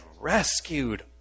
rescued